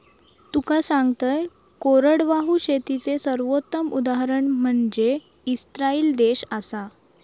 तुका सांगतंय, कोरडवाहू शेतीचे सर्वोत्तम उदाहरण म्हनजे इस्राईल देश आसा